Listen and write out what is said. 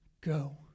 go